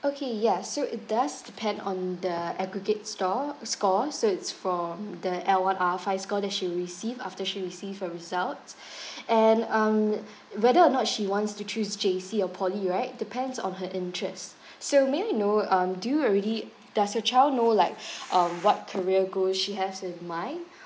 okay ya so it does depend on the aggregate store score so it's from the L one R five score that she will receive after she receive her result and um whether or not she wants to choose J_C or poly right depends on her interest so may I know um do you already does your child know like um what career goal she has in mind